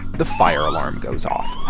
the fire alarm goes off